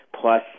Plus